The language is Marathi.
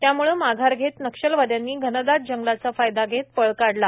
त्यामुळे माघार घेत नक्षलवादयांनी घनदाट जंगलाचा फायदा घेत पळ काढला